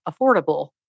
affordable